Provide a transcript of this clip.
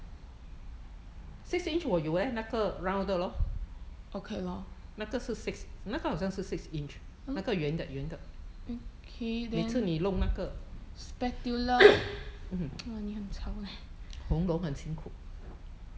okay lor !huh! okay then spatula 哇你很吵 leh